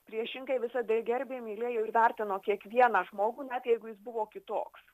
priešingai visada gerbė mylėjo ir vertino kiekvieną žmogų net jeigu jis buvo kitoks